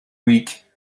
week